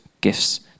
gifts